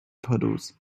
puddles